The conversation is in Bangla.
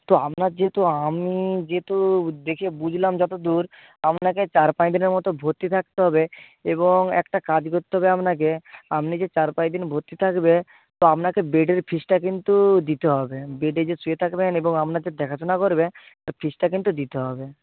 তো আপনার যেহেতু আমি যেহেতু দেখে বুঝলাম যতো দূর আপনাকে চার পাঁচ দিনের মতো ভর্তি থাকতে হবে এবং একটা কাজ করতে হবে আপনাকে আপনি যে চার পাঁচ দিন ভর্তি থাকবেন তো আপনাকে বেডের ফিসটা কিন্তু দিতে হবে বেডে যে শুয়ে থাকবেন এবং আপনার যে দেখাশুনা করবে তার ফিসটা কিন্তু দিতে হবে